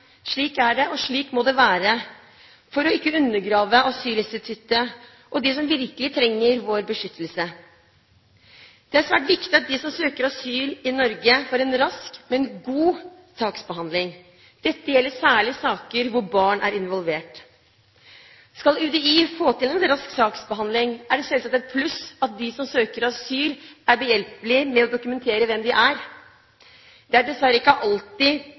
Slik er det, og slik må det være for ikke å undergrave asylinstituttet og dem som virkelig trenger vår beskyttelse. Det er svært viktig at de som søker asyl i Norge, får en rask – men god – saksbehandling. Dette gjelder særlig i saker hvor barn er involvert. Skal UDI få til en rask saksbehandling, er det selvsagt et pluss at de som søker asyl, er behjelpelig med å dokumentere hvem de er. Det er dessverre ikke alltid